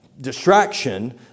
distraction